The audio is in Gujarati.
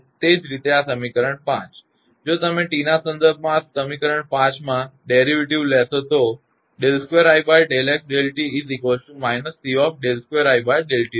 એ જ રીતે આ સમીકરણ 5 જો તમે t ના સંદર્ભમાં આ સમીકરણ 5 માં વ્યુત્પન્ન લેશો તો આ સમીકરણ 7 છે